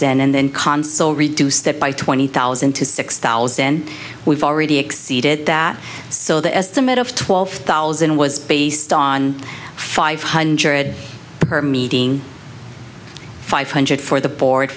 then console reduced it by twenty thousand to six thousand we've already exceeded that so the estimate of twelve thousand was based on five hundred per meeting five hundred for the board